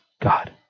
God